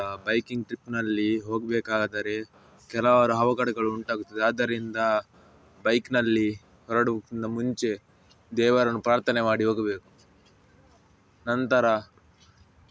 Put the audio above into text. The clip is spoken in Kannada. ಬೈಕಿಂಗ್ ಟ್ರಿಪ್ಪಿನಲ್ಲಿ ಹೋಗಬೇಕಾದರೆ ಕೆಲವಾರು ಅವಘಡಗಳು ಉಂಟಾಗುತ್ತವೆ ಆದ್ದರಿಂದ ಬೈಕಿನಲ್ಲಿ ಹೊರಡೋಕ್ಕಿಂತ ಮುಂಚೆ ದೇವರನ್ನು ಪ್ರಾರ್ಥನೆ ಮಾಡಿ ಹೋಗಬೇಕು ನಂತರ